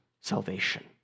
salvation